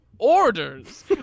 orders